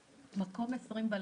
מקום 20 בליכוד.